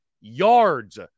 yards